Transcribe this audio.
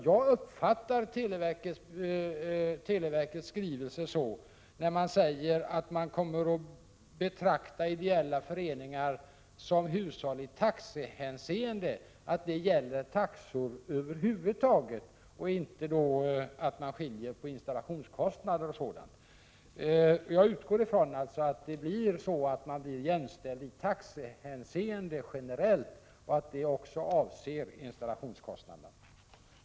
Jag uppfattar televerkets skrivelse, där man säger att man kommer att betrakta ideella föreningar som hushåll i taxehänseende, så att detta gäller taxor över huvud taget, och inte så att man skiljer ut exempelvis installationskostnader. Jag utgår alltså från att de blir jämställda i taxehänseende generellt och att detta också avser installationskostnaderna.